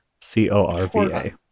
C-O-R-V-A